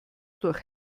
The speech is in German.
durch